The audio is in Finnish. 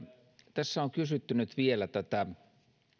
tässä on kysytty nyt vielä